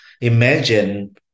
Imagine